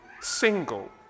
single